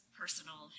personal